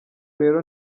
rero